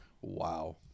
Wow